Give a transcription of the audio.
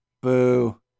Boo